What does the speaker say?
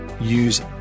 Use